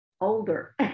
older